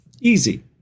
easy